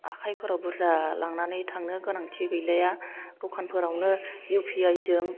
आखायफोराव बुरजा लांनानै थांनो गोनांथि गैलाया दखानफोरावनो इउपिआइ जों